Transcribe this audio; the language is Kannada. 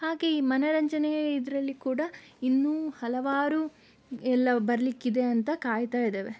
ಹಾಗೆ ಈ ಮನೋರಂಜನೆಯ ಇದರಲ್ಲಿ ಕೂಡ ಇನ್ನೂ ಹಲವಾರು ಎಲ್ಲ ಬರಲಿಕ್ಕಿದೆ ಅಂತ ಕಾಯುತ್ತಾ ಇದ್ದೇವೆ